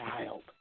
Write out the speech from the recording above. child